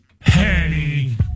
Henny